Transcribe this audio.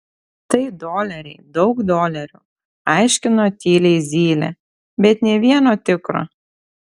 tai doleriai daug dolerių aiškino tyliai zylė bet nė vieno tikro